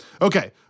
Okay